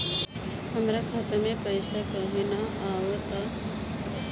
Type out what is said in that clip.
हमरा खाता में पइसा काहे ना आव ता?